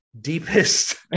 deepest